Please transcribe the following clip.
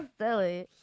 silly